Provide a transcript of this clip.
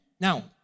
Now